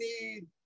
need